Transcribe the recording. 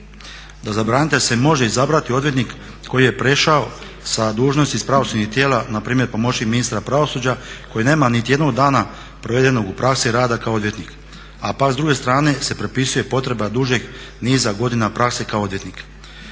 da za branitelja se može izabrati odvjetnik koji je prešao sa dužnosti ih pravosudnih tijela npr. pomoćnik ministra pravosuđa koji nema niti jednog dana provedenog u praksi rada kao odvjetnik, a pak s druge strane se propisuje potreba dužeg niza godina prakse kao odvjetnik.